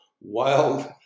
wild